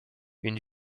une